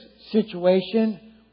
situation